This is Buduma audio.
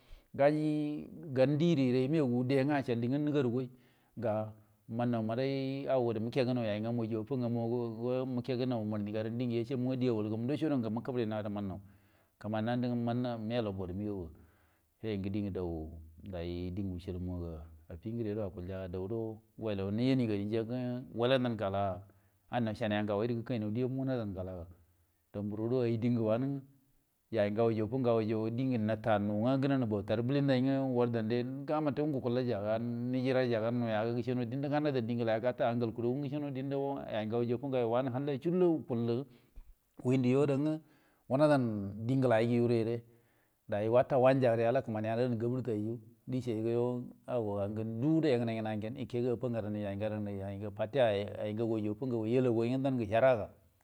Gaji gan dieri gəre yəmagu dəi ngwə, acəal diengwə nəgaru guay, ga mannaw maday ago gərə məke gənu gay ngamu ayrə affa ngamu ay go məke gənaw umarni ngadan diengə yacemu ngwə awal gamu naco guru ngə məkəbəri naw ya gərə mannaw, kəma nandə ngwə məyalaw borə məgaw ga, yoyo diengə daw die wucəmma ga afi gəde guro akulja ga dawguro, welaw najiyani gani yangwə wunadan gala an nau saniya ngagwai gərə gəkay naw die amu wurada gəa ga, dan muru guro wano ay ayyə way rə affa gaway diengə nəta nu ngə gəna nə bauta rə bəlinday ngwə warudau gəre gamutə ngwə gu ku llay yaga nəjiray ya ga nuya ga, gəce no wanə diendə gana dan die ngəla yaga, gata angal kuru gu gəce yay ngaway rə affa ngway wukullə whundə yo adəgwə, wunadan die ngə lau gə yugəre day wata wanja gəre ala kəmani anadan gafartu ayyu ga yo ago ga ngə ndu guro yagənay ngnay gyen yəkeyə atta ngadan ayrə yay ngaday afi fitiya yay ngagu ay adda ngaguyay yala gu ngwə gəji herra ga.